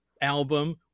album